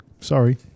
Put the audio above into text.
Sorry